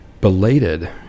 belated